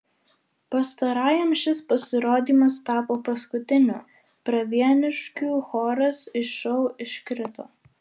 pastarajam šis pasirodymas tapo paskutiniu pravieniškių choras iš šou iškrito